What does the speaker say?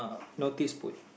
notice put